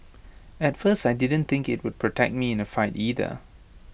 at first I didn't think IT would protect me in A fight either